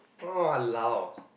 !walao!